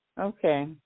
Okay